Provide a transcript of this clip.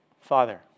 Father